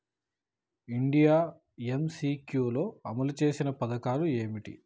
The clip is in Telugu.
ఇండియా ఎమ్.సి.క్యూ లో అమలు చేసిన పథకాలు ఏమిటి?